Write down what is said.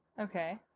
Okay